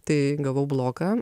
tai gavau bloką